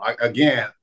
again